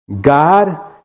God